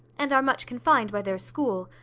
and are much confined by their school.